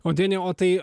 o deni o tai